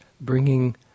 bringing